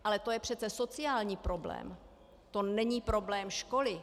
Ale to je přece sociální problém, to není problém školy!